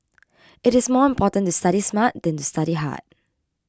it is more important to study smart than to study hard